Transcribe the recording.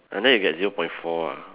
and then you get zero point four ah